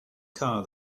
car